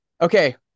okay